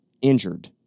injured